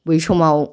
बै समाव